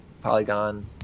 Polygon